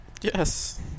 Yes